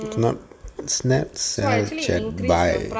look snap sell chat buy